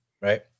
right